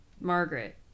Margaret